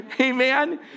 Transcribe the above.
Amen